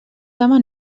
dama